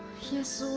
yes,